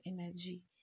energy